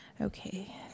Okay